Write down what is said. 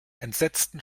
entsetzten